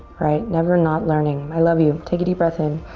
right? never not learning. i love you. take a deep breath in.